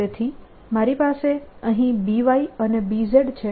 તેથી મારી પાસે અહીં By અને Bz છે